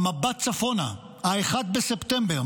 המבט צפונה, 1 בספטמבר.